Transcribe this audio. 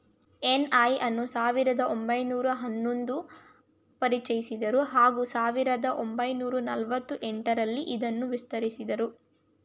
NI ಅನ್ನು ಸಾವಿರದ ಒಂಬೈನೂರ ಹನ್ನೊಂದು ಪರಿಚಯಿಸಿದ್ರು ಹಾಗೂ ಸಾವಿರದ ಒಂಬೈನೂರ ನಲವತ್ತ ಎಂಟರಲ್ಲಿ ಇದನ್ನು ವಿಸ್ತರಿಸಿದ್ರು